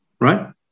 right